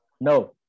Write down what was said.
no